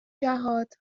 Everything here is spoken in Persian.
جهات